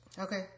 Okay